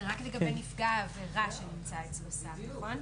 זה לגבי נפגע העבירה שנמצא אצלו סם, נכון?